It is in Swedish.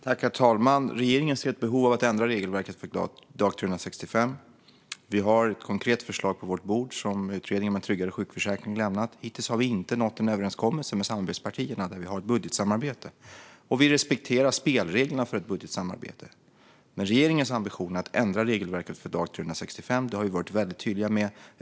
Herr talman! Regeringen ser ett behov av att ändra regelverket för dag 365. Vi har ett konkret förslag på vårt bord som utredningen om en tryggare sjukförsäkring har lämnat. Hittills har vi inte nått en överenskommelse med samarbetspartierna som vi har ett budgetsamarbete med. Vi respekterar spelreglerna för ett budgetsamarbete. Regeringens ambition är att ändra regelverket för dag 365. Det har vi varit väldigt tydliga med.